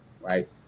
right